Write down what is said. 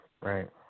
right